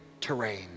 terrain